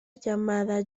llamada